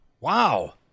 Wow